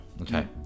okay